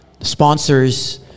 sponsors